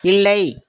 இல்லை